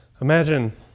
Imagine